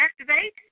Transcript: activate